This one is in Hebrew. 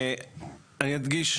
אני אדגיש,